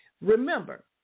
Remember